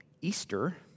Easter